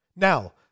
now